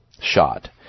shot